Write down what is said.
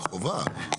חובה.